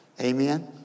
Amen